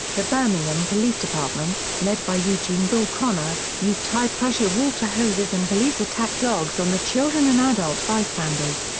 the birmingham police department, led by eugene bull connor, used high-pressure water hoses and police attack dogs on the children and adult bystanders.